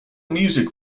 music